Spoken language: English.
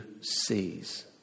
sees